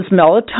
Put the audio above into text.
melatonin